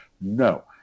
No